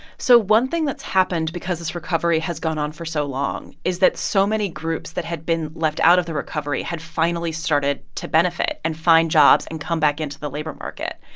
so one thing that's happened because this recovery has gone on for so long is that so many groups that had been left out of the recovery had finally started to benefit and find jobs and come back into the labor market.